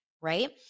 right